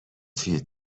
توی